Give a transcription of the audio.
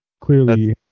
Clearly